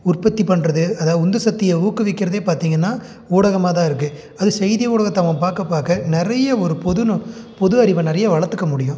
உற்பத்தி பண்றது அதாவது உந்து சக்திய ஊக்குவிக்கிறதே பார்த்திங்கன்னா ஊடகமாகதான் இருக்குது அதுவும் செய்தி ஊடகத்தை அவன் பார்க்க பார்க்க நிறைய ஒரு பொது நொ பொது அறிவை நிறைய வளர்த்துக்க முடியும்